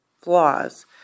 flaws